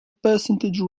percentage